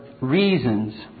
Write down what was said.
reasons